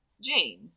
Jane